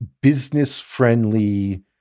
business-friendly